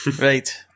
Right